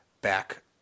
back